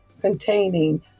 containing